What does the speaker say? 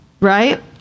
Right